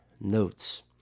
notes